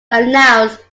announced